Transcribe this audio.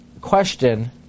question